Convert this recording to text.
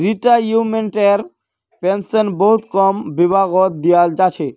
रिटायर्मेन्टटेर pension बहुत कम विभागत दियाल जा छेक